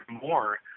more